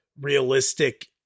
realistic